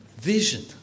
Vision